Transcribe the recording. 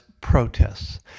protests